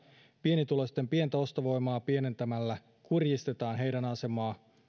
pienituloisten pientä ostovoimaa pienentämällä kurjistetaan heidän asemaansa